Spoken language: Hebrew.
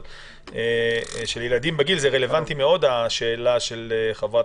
של ילדים רלוונטית מאוד השאלה של חברת